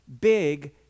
big